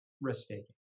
risk-taking